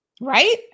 Right